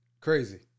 Crazy